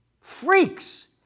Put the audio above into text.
Freaks